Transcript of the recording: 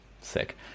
sick